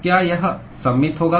क्या यह सममित होगा